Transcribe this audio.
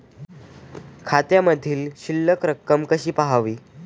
खात्यामधील शिल्लक रक्कम कशी पहावी?